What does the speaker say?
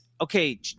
okay